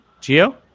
Geo